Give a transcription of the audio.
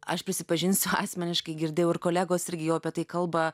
aš prisipažinsiu asmeniškai girdėjau ir kolegos irgi jau apie tai kalba